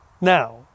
Now